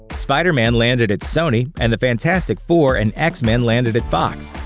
spider-man landed at sony and the fantastic four and x-men landed at fox,